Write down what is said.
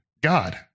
God